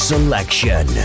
Selection